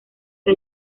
que